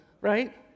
Right